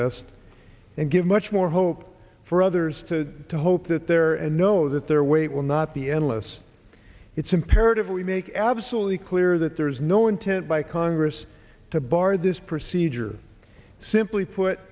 list and give much more hope for others to hope that they're and know that their wait will not be endless it's imperative we make absolutely clear that there is no intent by congress to bar this procedure simply